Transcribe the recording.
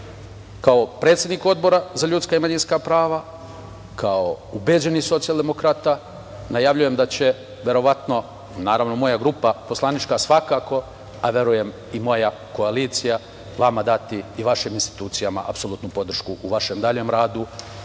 kao predsednik Odbora za ljudska i manjinska prava, kao ubeđeni socijaldemokrata, najavljujem da će, verovatno, naravno moja poslanička grupa svakako, a verujem i moja koalicija, vama dati i vašim institucijama apsolutnu podršku u vašem daljem radu.